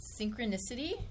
synchronicity